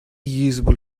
usable